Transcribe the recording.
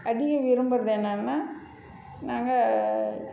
அதிகம் விரும்புகிறது என்னென்னா நாங்கள்